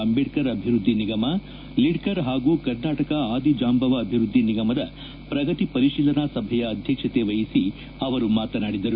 ಅಂಬೇಡ್ಕರ್ ಅಭಿವೃದ್ದಿ ನಿಗಮ ಲಿಡ್ಕರ್ ಹಾಗೂ ಕರ್ನಾಟಕ ಆದಿ ಜಾಂಬವ ಅಭಿವೃದ್ದಿ ನಿಗಮದ ಪ್ರಗತಿ ಪರಿಶೀಲನಾ ಸಭೆಯ ಅಧ್ಯಕ್ಷತೆ ವಹಿಸಿ ಅವರು ಮಾತನಾಡಿದರು